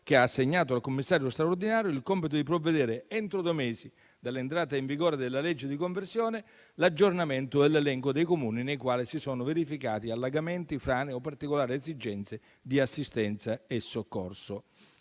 che ha assegnato al commissario straordinario il compito di provvedere, entro due mesi dall'entrata in vigore della legge di conversione, all'aggiornamento dell'elenco dei Comuni nei quali si sono verificati allagamenti, frane o particolari esigenze di assistenza e soccorso.